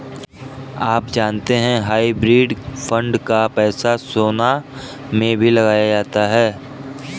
आप जानते है हाइब्रिड फंड का पैसा सोना में भी लगाया जाता है?